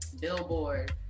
billboard